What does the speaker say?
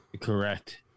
Correct